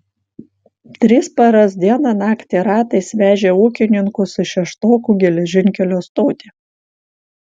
tris paras dieną naktį ratais vežė ūkininkus į šeštokų geležinkelio stotį